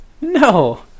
No